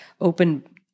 open